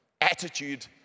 Attitude